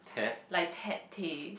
like Ted-Tay